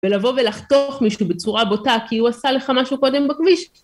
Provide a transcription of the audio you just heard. ‫ולבוא ולחתוך מישהו בצורה בוטה ‫כי הוא עשה לך משהו קודם בכביש.